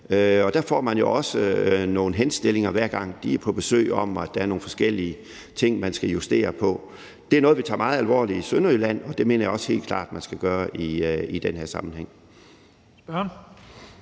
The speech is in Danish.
Der får man jo også nogle henstillinger, hver gang de er på besøg, om, at der er nogle forskellige ting, man skal justere på. Det er noget, vi tager meget alvorligt i Sønderjylland, og det mener jeg også helt klart, at man skal gøre i den her sammenhæng